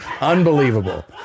unbelievable